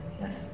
yes